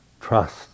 trust